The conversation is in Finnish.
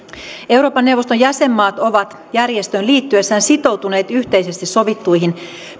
euroopan neuvoston jäsenmaat ovat järjestöön liittyessään sitoutuneet yhteisesti sovittuihin